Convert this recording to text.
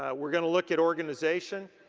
ah we're gonna look at organization.